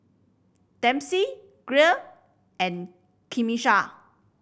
Dempsey Gia and Camisha